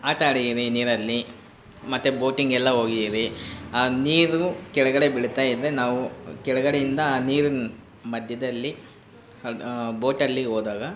ಆಟ ಆಡಿದ್ದೀವಿ ನೀರಲ್ಲಿ ಮತ್ತೆ ಬೋಟಿಂಗೆಲ್ಲ ಹೋಗಿದ್ದೀವಿ ಆ ನೀರು ಕೆಳಗಡೆ ಬೀಳ್ತಾಯಿದ್ದರೆ ನಾವು ಕೆಳಗಡೆಯಿಂದ ಆ ನೀರಿನ ಮಧ್ಯದಲ್ಲಿ ಅದು ಬೋಟಲ್ಲಿ ಹೋದಾಗ